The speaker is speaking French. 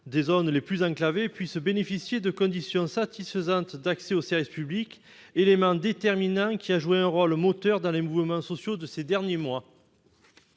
des zones les plus enclavées puissent bénéficier de conditions satisfaisantes d'accès aux services publics. C'est un élément déterminant, qui a joué un rôle moteur dans les mouvements sociaux de ces derniers mois.